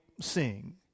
sing